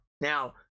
now